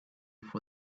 for